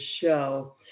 show